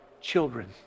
children